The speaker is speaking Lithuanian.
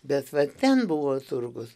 bet va ten buvo turgus